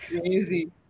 crazy